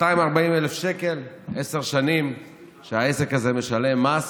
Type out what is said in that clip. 240,000 שקל, עשר שנים העסק הזה משלם מס,